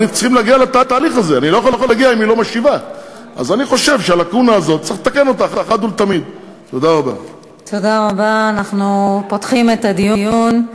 אם היא תדחה את הבקשה שלנו או תשנה אותה ואנחנו לא נקבל את השינוי,